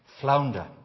flounder